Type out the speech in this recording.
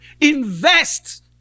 invest